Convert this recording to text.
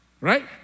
Right